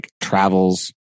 travels